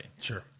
Sure